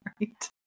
Right